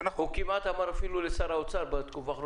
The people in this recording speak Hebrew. הוא אומר לך היום, סלח לי, מי אתה?